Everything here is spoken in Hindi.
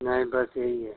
नहीं बस यही है